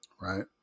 right